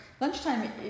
lunchtime